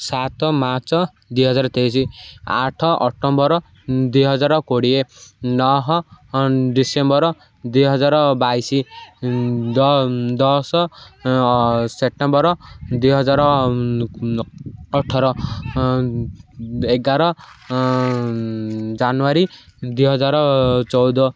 ସାତ ମାର୍ଚ୍ଚ ଦୁଇହଜାର ତେଇଶ ଆଠ ଅକ୍ଟୋବର ଦୁଇହଜାର କୋଡ଼ିଏ ନଅ ଡିସେମ୍ବର ଦୁଇହଜାର ବାଇଶ ଦଶ ସେପ୍ଟେମ୍ବର ଦୁଇହଜାର ଅଠର ଏଗାର ଜାନୁଆରୀ ଦୁଇ ହଜାର ଚଉଦ